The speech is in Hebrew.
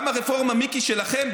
גם הרפורמה שלכם,